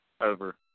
over